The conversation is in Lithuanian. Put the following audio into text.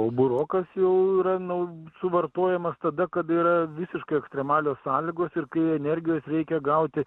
o burokas jau yra nu suvartojamas tada kada yra visiškai ekstremalios sąlygos ir kai energijos reikia gauti